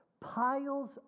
piles